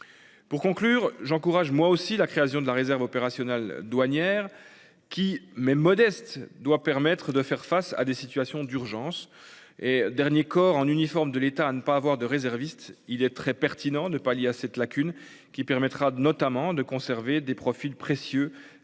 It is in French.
Pour conclure, j'encourage moi aussi la création de la réserve opérationnelle douanières qui même modeste, doit permettre de faire face à des situations d'urgence et dernier corps en uniforme de l'État à ne pas avoir de réservistes. Il est très pertinent de pallier à cette lacune qui permettra notamment de conserver des profils précieux